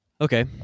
Okay